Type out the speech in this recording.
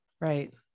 right